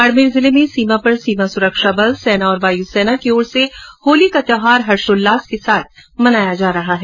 बाड़मेर जिले में सीमा पर सीमा सुरक्षा बल सेना और वायुसेना की ओर से होली का त्यौहार हर्षोल्लास के साथ मनाया जा रहा है